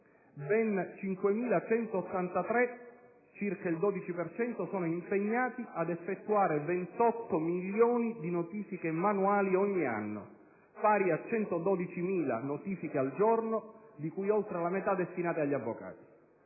ben 5.183 (circa il 12 per cento) sono impegnati ad effettuare 28 milioni di notifiche manuali ogni anno (pari a 112.000 notifiche al giorno), di cui oltre la metà destinate agli avvocati.